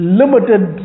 limited